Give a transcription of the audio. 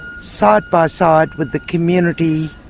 side by side with the community